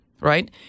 right